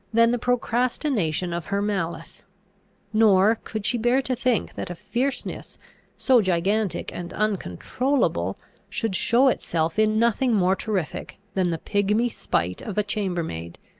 than the procrastination of her malice nor could she bear to think that a fierceness so gigantic and uncontrollable should show itself in nothing more terrific than the pigmy spite of a chambermaid.